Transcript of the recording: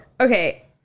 Okay